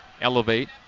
elevate